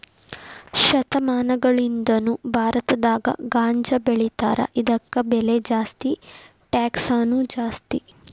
ಶತಮಾನಗಳಿಂದಾನು ಭಾರತದಾಗ ಗಾಂಜಾಬೆಳಿತಾರ ಇದಕ್ಕ ಬೆಲೆ ಜಾಸ್ತಿ ಟ್ಯಾಕ್ಸನು ಜಾಸ್ತಿ